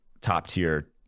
top-tier